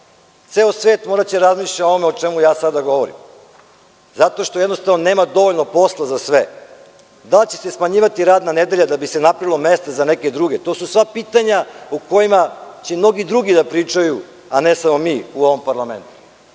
Ceo svet moraće da razmišlja o onome o čemu ja sada govorim zato što jednostavno nema dovoljno posla za sve, da li će se smanjivati radna nedelja da bi se napravilo mesta za neke druge. To su sve pitanja o kojima će drugi da pričaju, a ne samo mi u ovom parlamentu.